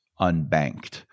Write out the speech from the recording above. unbanked